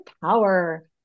power